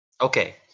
Okay